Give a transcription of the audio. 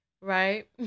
right